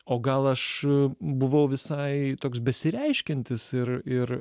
o gal aš buvau visai toks besireiškiantis ir ir